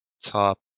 top